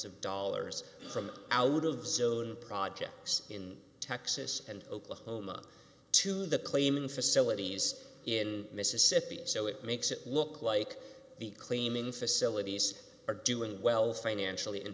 of dollars from out of zone projects in texas and oklahoma to the claiming facilities in mississippi so it makes it look like the claiming facilities are doing well financially in